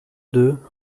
deux